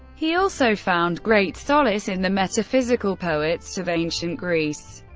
he also found great solace in the metaphysical poets of ancient greece,